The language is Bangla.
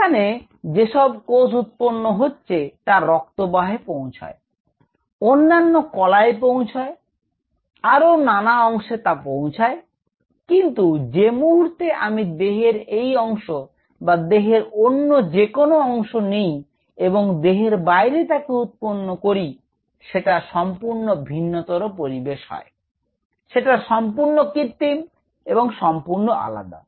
এখানে যে সব কোষ উৎপন্ন হচ্ছে তা রক্তবাহে পৌঁছয় অন্যান্য কলায় পৌঁছয় আরও নানা অংশেও তা পৌঁছয় কিন্তু যে মুহূর্তে আমি দেহের এই অংশ বা দেহের অন্য যেকোনো অংশ নিই এবং দেহের বাইরে তাকে উৎপন্ন করি সেটা সম্পূর্ণ ভিন্নতর পরিবেশ হয় সেটা সম্পূর্ণ কৃত্রিম এবং সম্পূর্ণ আলাদা